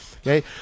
Okay